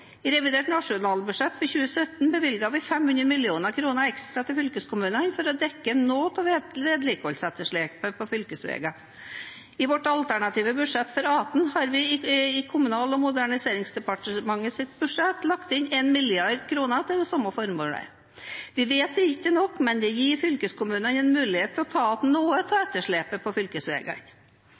I revidert nasjonalbudsjett for 2017 bevilget vi 500 mill. kr ekstra til fylkeskommunene for å dekke noe av vedlikeholdsetterslepet på fylkesvegene. I vårt alternative budsjett for 2018 har vi i Kommunal- og moderniseringsdepartementets budsjett lagt inn 1 mrd. kr til det samme formålet. Vi vet det ikke er nok, men det gir fylkeskommunene en mulighet til å ta igjen noe av etterslepet på fylkesvegene.